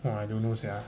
!wah! I don't know sia